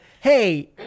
hey